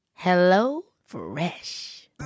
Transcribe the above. HelloFresh